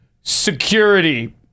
Security